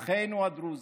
"אחינו הדרוזים",